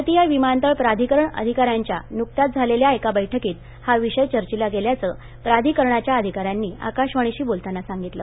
भारतीय विमानतळ प्राधिकरण अधिकाऱ्यांच्या नुकत्याच झालेल्या एका बैठकीत हा विषय चर्चिला गेल्याचं प्राधिकरणाच्या अधिकाऱ्यांनी आकाशवाणीशी बोलताना सांगितलं